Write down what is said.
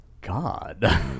God